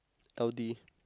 L_D